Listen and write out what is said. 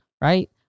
right